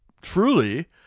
truly